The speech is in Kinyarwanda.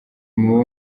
mubo